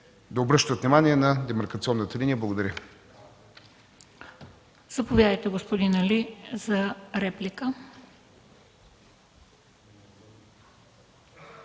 да обръщат внимание на демаркационната линия. Благодаря.